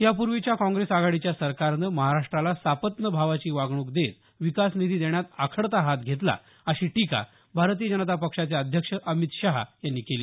यापूर्वीच्या काँग्रेस आघाडीच्या सरकारनं महाराष्ट्राला सापत्न भावाची वागणूक देत विकासनिधी देण्यात आखडता हात घेतला अशी टीका भारतीय जनता पक्षाचे अध्यक्ष अमित शहा यांनी केली